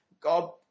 God